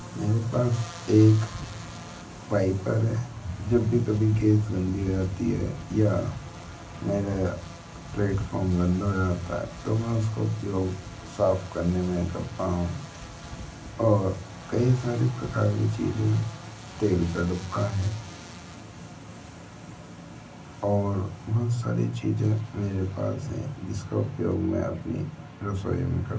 मेरे पास एक वाइपर है जब भी कभी गैस गंदी हो जाती है या मेरा प्लेटफोम गंदा हो जाता है तो मैं उसका उपयोग साफ करने में करता हूँ और कई सारे प्रकार की चीजें तेल का डब्बा है और बहुत सारी चीज़ें मेरे पास हैं जिसका उपयोग मैं अपनी रसोई में कर